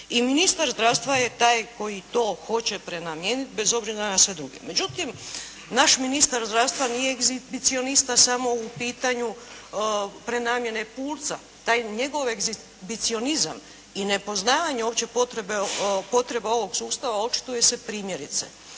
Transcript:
i ministar zdravstva je taj koji to hoće prenamijeniti bez obzira na druge. Međutim, naš ministar zdravstva nije egzibicionista samo u pitanju prenamjene pulca. Taj njegov egzibicionizam i nepoznavanje opće potrebe ovog sustava očituje se primjerice.